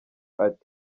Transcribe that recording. ati